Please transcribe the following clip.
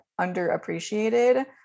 underappreciated